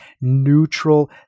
neutral